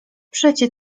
przecie